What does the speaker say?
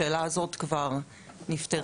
השאלה הזאת כבר נפתרה,